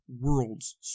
World's